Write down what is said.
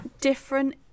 different